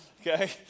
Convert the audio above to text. okay